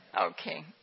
Okay